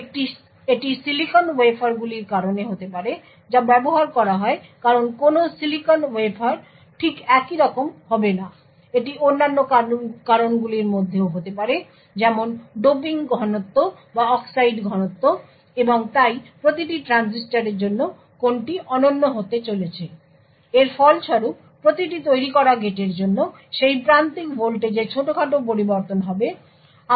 এটি সিলিকন ওয়েফারগুলির কারণে হতে পারে যা ব্যবহার করা হয় কারণ কোনও সিলিকন ওয়েফার ঠিক একইরকম হবে না এটি অন্যান্য কারণগুলির মধ্যেও হতে পারে যেমন ডোপিং ঘনত্ব বা অক্সাইড ঘনতা এবং তাই প্রতিটি ট্রানজিস্টরের জন্য কোনটি অনন্য হতে চলেছে। এর ফলস্বরূপ প্রতিটি তৈরি করা গেটের জন্য সেই প্রান্তিক ভোল্টেজে ছোটখাটো পরিবর্তন হবে